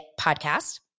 podcast